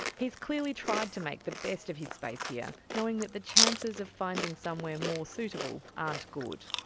he's clearly tried to make the best of his space here, knowing that the chances of finding somewhere more suitable aren't good.